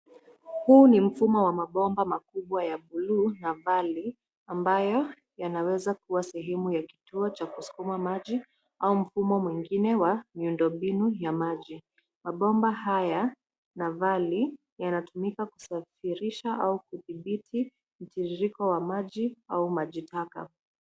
Huu ni mfumo wa mabomba makubwa ya bluu navali ambayo yanaweza kuwa sehemu ya kituo cha kusukuma maji au mfumo mwingine wa miundo mbinu ya maji. Mabomba haya navali yanatumika kusafirisha au kudhibiti mtiririko wa maji au maji taka.